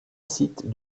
sites